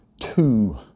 two